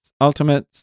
ultimate